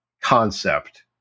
concept